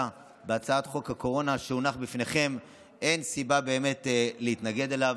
בהצעת חוק הקורונה שהונח בפניכם: אין סיבה באמת להתנגד אליו,